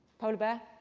polar bear.